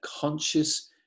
conscious